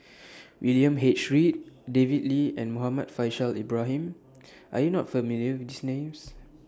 William H Read David Lee and Muhammad Faishal Ibrahim Are YOU not familiar with These Names